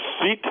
seat